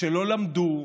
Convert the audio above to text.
שלא למדו,